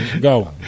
Go